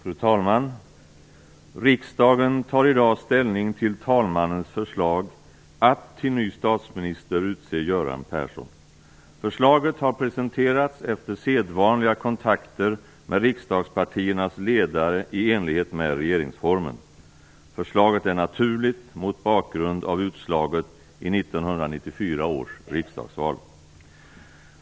Fru talman! Riksdagen tar i dag ställning till talmannens förslag att till ny statsminister utse Göran Persson. Förslaget har presenterats efter sedvanliga kontakter med riksdagspartiernas ledare i enlighet med regeringsformen. Förslaget är naturligt mot bakgrund av utslaget i 1994 års riksdagsval.